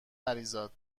مریزاد